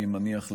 אני מניח,